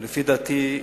ולדעתי,